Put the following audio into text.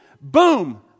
boom